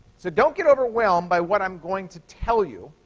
so don't get overwhelmed by what i'm going to tell you,